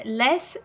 less